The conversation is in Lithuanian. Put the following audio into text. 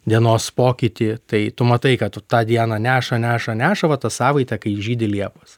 dienos pokytį tai tu matai kad tą dieną neša neša neša va tą savaitę kai žydi liepos